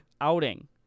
outing